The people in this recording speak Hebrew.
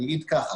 אני אגיד כך.